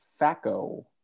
faco